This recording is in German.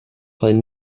fall